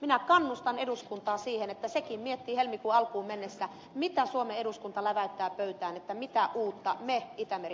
minä kannustan eduskuntaa siihen että sekin miettii helmikuun alkuun mennessä mitä suomen eduskunta läväyttää pöytään mitä uutta me itämeri